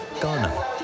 Ghana